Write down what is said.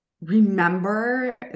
remember